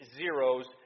zeros